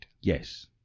Yes